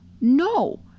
No